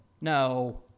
no